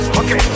okay